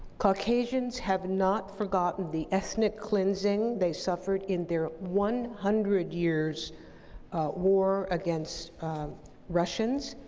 caucasians have not forgotten the ethnic cleansing they suffered in their one hundred years war against russians,